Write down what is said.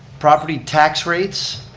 property tax rates.